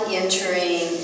entering